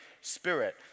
Spirit